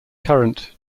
current